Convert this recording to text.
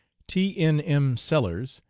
t. n. m. sellers,